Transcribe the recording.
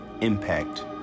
impact